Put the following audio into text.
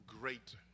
great